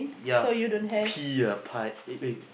ya pee uh pie